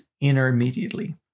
intermediately